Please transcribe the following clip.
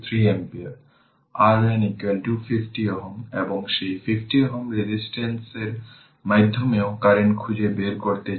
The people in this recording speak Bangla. সুতরাং এটা করতে পারি যে k আমাদের KVL প্রয়োগ করতে হবে এবং সেই অনুযায়ী আমাদের এটি সমাধান করতে হবে